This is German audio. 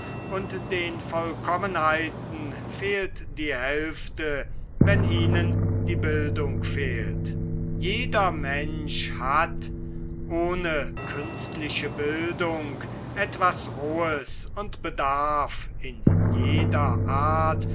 und den vollkommenheiten fehlt die hälfte wenn ihnen die bildung fehlt jeder mensch hat ohne künstliche bildung etwas rohes und bedarf in jeder art